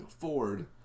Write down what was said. Ford